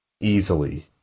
Easily